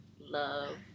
love